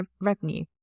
revenue